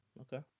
okay